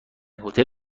هتل